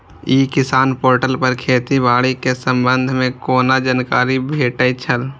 ई किसान पोर्टल पर खेती बाड़ी के संबंध में कोना जानकारी भेटय छल?